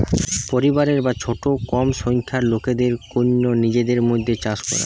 পরিবারের বা ছোট কম সংখ্যার লোকদের কন্যে নিজেদের মধ্যে চাষ করা